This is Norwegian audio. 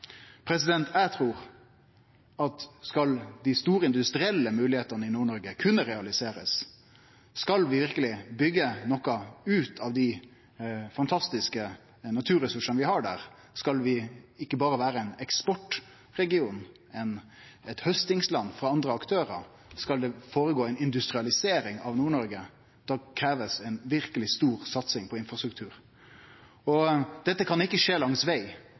Eg trur at skal dei store industrielle moglegheitene i Nord-Noreg kunne realiserast, skal vi verkeleg byggje noko ut av dei fantastiske naturressursane vi har der, skal vi ikkje berre vere ein eksportregion, eit haustingsland for andre aktørar, og skal det føregå ei industrialisering av Nord-Noreg, så krev det ei verkeleg stor satsing på infrastruktur. Dette kan ikkje skje langs veg.